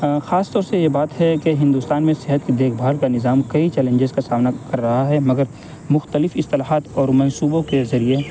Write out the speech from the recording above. خاص طور سے یہ بات ہے کہ ہندوستان میں صحت کی دیکھ بھال کا نظام کئی چیلنجز کا سامنا کر رہا ہے مگر مختلف اصطلاحات اور منصوبوں کے ذریعے